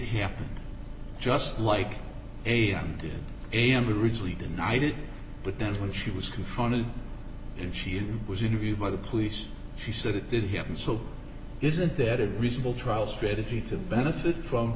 happened just like am did am originally denied it but then when she was too funny and she was interviewed by the police she said it didn't happen so isn't that a reasonable trial strategy to benefit from